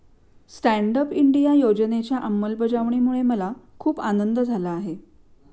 stand up India योजनेच्या अंमलबजावणीमुळे मला खूप आनंद झाला आहे